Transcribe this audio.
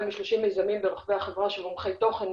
מ-30 מיזמים ברחבי החברה של מומחי תוכן,